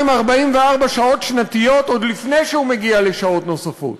ל-2,244 שעות עבודה שנתיות עוד לפני שהוא מגיע לשעות נוספות.